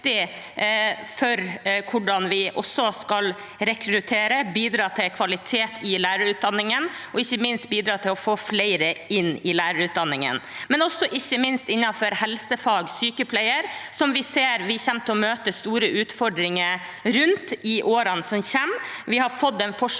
for hvordan vi skal rekruttere, bidra til kvalitet i lærerutdanningen, bidra til å få flere inn i lærerutdanningen og ikke minst bidra innenfor helsefag/sykepleier, der vi ser vi kommer til å møte store utfordringer i årene som kommer. Vi har nå fått en forsmak